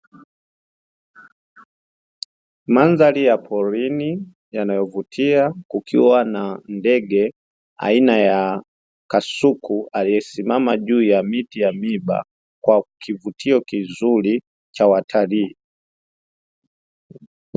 Mandhari ya porini yanayovutia kukiwa na ndege aina ya kasuku, aliyesimama juu ya miti ya miba kwa kivutio kizuri cha watalii.